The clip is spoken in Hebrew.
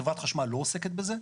חברת חשמל לא עוסקת בזה.